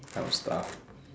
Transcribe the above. kind of stuff